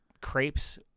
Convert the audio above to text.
crepes